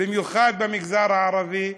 במיוחד במגזר הערבי,